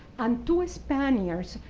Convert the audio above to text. and two spaniards,